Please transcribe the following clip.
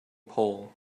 pole